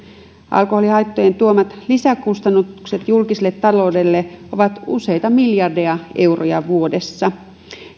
alkoholihaittojen tuomat lisäkustannukset julkiselle taloudelle ovat useita miljardeja euroja vuodessa